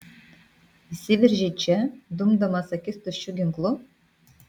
įsiveržei čia dumdamas akis tuščiu ginklu